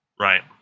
Right